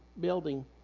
building